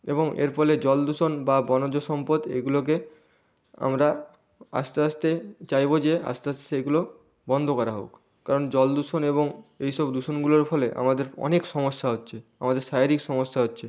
এবং এর ফলে জল দূষণ বা বনজ সম্পদ এইগুলোকে আমরা আস্তে আস্তে চাইবো যে আস্তে আস্তে সেইগুলো বন্ধ করা হোক কারণ জল দূষণ এবং এই সব দূষণগুলোর ফলে আমাদের অনেক সমস্যা হচ্ছে আমাদের শারীরিক সমস্যা হচ্ছে